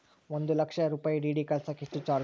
ಒಂದು ಲಕ್ಷ ರೂಪಾಯಿ ಡಿ.ಡಿ ಕಳಸಾಕ ಎಷ್ಟು ಚಾರ್ಜ್?